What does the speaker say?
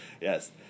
yes